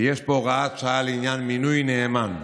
ויש פה הוראת שעה לעניין מינוי נאמן.